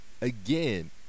again